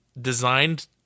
designed